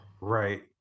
Right